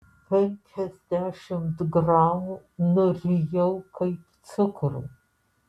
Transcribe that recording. penkiasdešimt gramų nurijau kaip cukrų